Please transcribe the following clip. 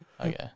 Okay